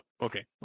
Okay